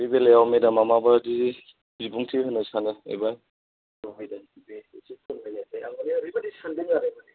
बे बेलायाव मेदामा माबायदि बिबुंथि होनो सानो एबा मानि आं एसे ओरैबायदि सानदों आरो ना